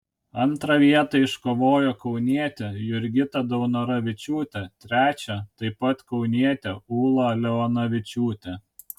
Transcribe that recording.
antrą vietą iškovojo kaunietė jurgita daunoravičiūtė trečią taip pat kaunietė ūla leonavičiūtė